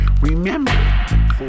remember